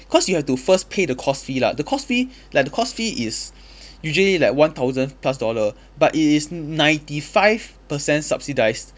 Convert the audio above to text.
cause you have to first pay the course fee lah the course fee like the course fee is usually like one thousand plus dollar but it is ninety five percent subsidised